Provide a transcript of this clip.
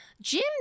Jim